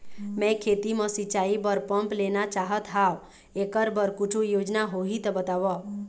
मैं खेती म सिचाई बर पंप लेना चाहत हाव, एकर बर कुछू योजना होही त बताव?